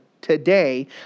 today